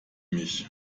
mich